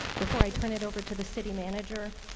before i turn it over to the city manager,